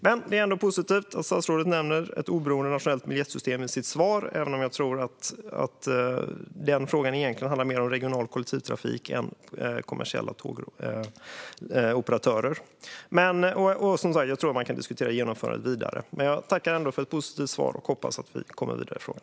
Men det är ändå positivt att statsrådet nämner ett oberoende nationellt biljettsystem i sitt svar, även om jag tror att den frågan egentligen mer handlar om regional kollektivtrafik än kommersiella tågoperatörer. Jag tror att man kan diskutera genomförandet vidare. Jag tackar ändå för ett positivt svar, och jag hoppas att vi kommer vidare i frågan.